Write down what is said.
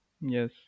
Yes